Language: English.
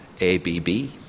ABB